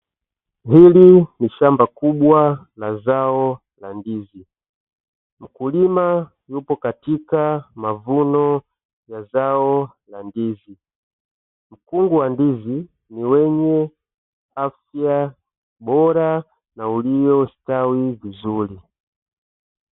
Hili ni shamba kubwa la zao la ndizi, mkulima yupo katika mavuno ya zao la ndizi, mkungu wa ndizi ni wenye afya bora na uliostawi vizuri.